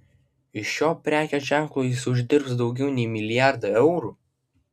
iš šio prekės ženklo jis uždirbs daugiau nei milijardą eurų